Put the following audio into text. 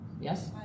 Yes